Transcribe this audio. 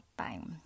time